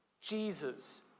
Jesus